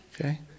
Okay